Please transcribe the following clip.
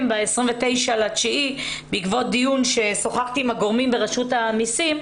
ב-29.9 בעקבות דיון ששוחחתי עם הגורמים ברשות המיסים.